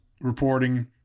reporting